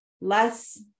less